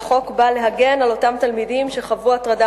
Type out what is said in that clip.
והחוק בא להגן על אותם תלמידים שחוו הטרדה